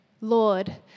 Lord